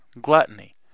gluttony